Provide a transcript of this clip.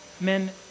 Men